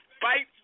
fight